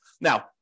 Now